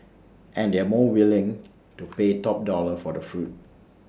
and they are more willing to pay top dollar for the fruit